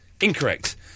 Incorrect